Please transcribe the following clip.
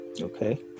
okay